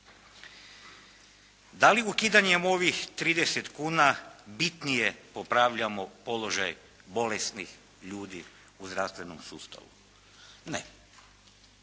Da li ukidanjem ovih 30 kuna bitnije popravljamo položaj bolesnih ljudi u zdravstvenom sustavu? Ne.